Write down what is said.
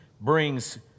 brings